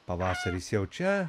pavasaris jau čia